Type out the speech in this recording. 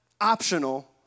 optional